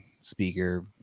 speaker